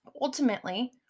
ultimately